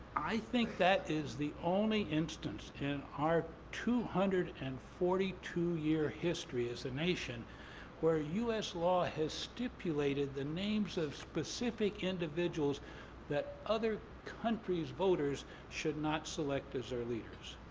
i think that is the only instance in our two hundred and forty two year history as a nation where u s. law has stipulated the names of specific individuals that other countries' voters should not select as their leaders.